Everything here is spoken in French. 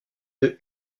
deux